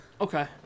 Okay